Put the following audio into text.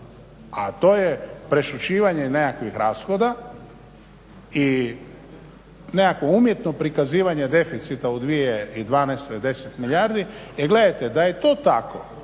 a to je prešućivanje nekakvih rashoda i nekakvo umjetno prikazivanje deficita u 2012. 10 milijardi. Jer gledajte, da je to tako